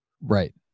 Right